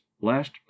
last